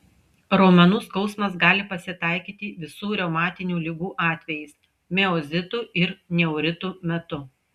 raumenų skausmas gali pasitaikyti visų reumatinių ligų atvejais miozitų ir neuritų metu